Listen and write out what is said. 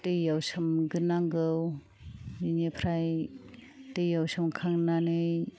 दैआव सोमग्रोनांगौ बिनिफ्राय दैआव सोमखांनानै